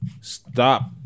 stop